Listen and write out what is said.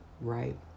right